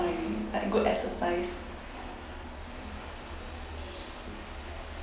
already like good exercise